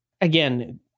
Again